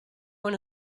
one